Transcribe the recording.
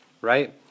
right